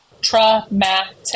Traumatic